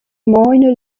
minor